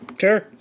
Sure